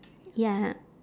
ya